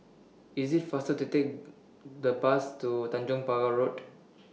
IS IT faster to Take The Bus to Tanjong Pagar Road